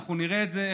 אנחנו נראה את זה,